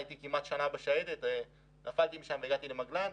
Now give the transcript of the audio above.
הייתי כמעט שנה בשייטת משם נפלתי והגעתי למגל"ן,